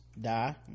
die